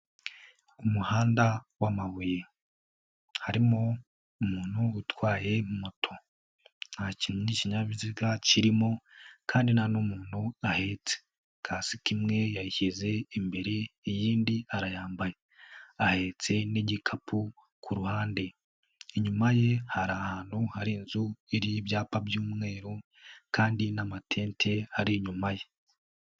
Umuhanda w'amabuye harimo umuntu utwaye moto. Nta kindi kinyabiziga kirimo kandi nta n'umuntu ahetse. Kasike imwe yayishyize imbere iyindi arayambaye. Ahetse n'igikapu ku ruhande. Inyuma ye hari ahantu hari inzu iriho ibyapa by'umweru kandi n'amatente ari inyuma ye.